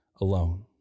alone